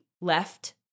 left